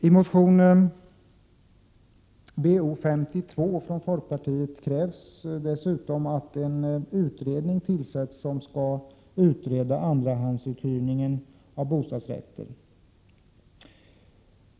I motion BoS2 från folkpartiet krävs dessutom att en utredning tillsätts som skall utreda andrahandsuthyrningen av bostadsrätter.